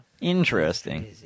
Interesting